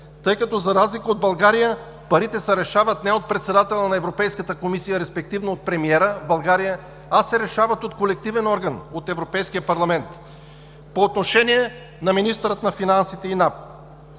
тъй като за разлика от България, парите се решават не от председателя на Европейската комисия, респективно от премиера в България, а се решават от колективен орган – от Европейския парламент. По отношение на министъра на финансите и